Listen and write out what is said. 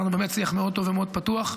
והיה לנו באמת שיח מאוד טוב ומאוד פתוח.